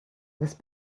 this